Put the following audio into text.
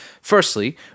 Firstly